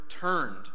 turned